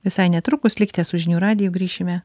visai netrukus likite su žinių radiju grįšime